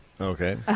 Okay